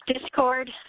Discord